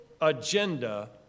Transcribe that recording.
agenda